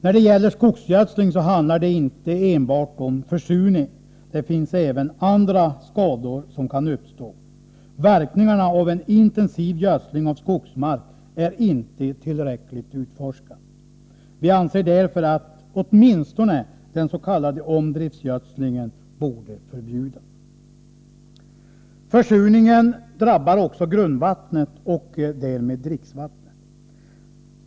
När det gäller skogsgödsling handlar det inte enbart om försurning, utan även andra skador kan uppstå. Verkningarna av en intensiv gödsling av skogsmark är inte tillräckligt utforskade. Vi anser därför att åtminstone den s.k. omdrevsgödslingen borde förbjudas. Försurningen drabbar också grundvattnet och därmed dricksvattnet.